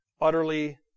utterly